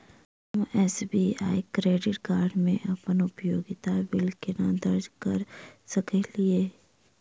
हम SBI credit card मे अप्पन उपयोगिता बिल केना दर्ज करऽ सकलिये?